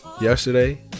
yesterday